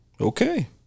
Okay